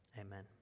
Amen